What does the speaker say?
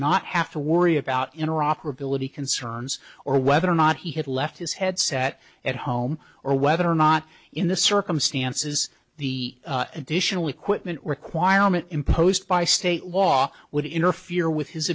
not have to worry about iraq or ability concerns or whether or not he had left his headset at home or whether or not in the circumstances the additional equipment requirement imposed by state law would interfere with his